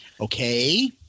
Okay